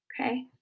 Okay